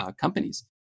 companies